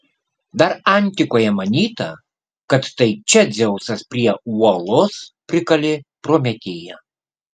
dar antikoje manyta kad tai čia dzeusas prie uolos prikalė prometėją